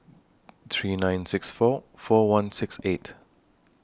three nine six four four one six eight